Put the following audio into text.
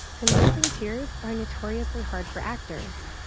convincing tears are notoriously hard for actors.